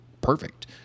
perfect